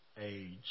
age